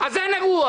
אז אין אירוע.